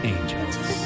Angels